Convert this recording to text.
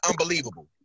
Unbelievable